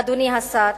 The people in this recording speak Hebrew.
אדוני השר,